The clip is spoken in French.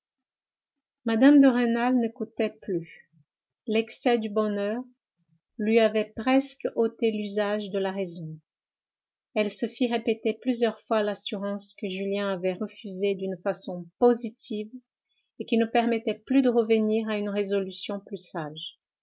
mme de rênal n'écoutait plus l'excès du bonheur lui avait presque ôté l'usage de la raison elle se fit répéter plusieurs fois l'assurance que julien avait refusé d'une façon positive et qui ne permettait plus de revenir à une résolution plus sage